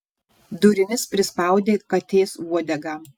durimis prispaudė katės uodegą